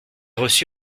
reçu